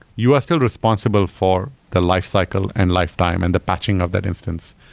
you are still responsible for the lifecycle and lifetime and the patching of that instance.